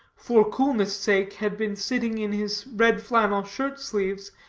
for coolness' sake, had been sitting in his red-flannel shirt-sleeves,